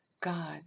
God